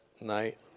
night